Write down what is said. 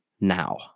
now